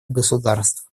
государств